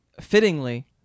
fittingly